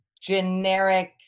generic